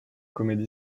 comedy